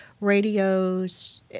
radios